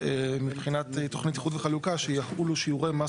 מבחינת תוכנית איחוד וחלוקה שיחולו שיעורי מס